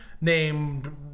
named